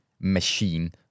machine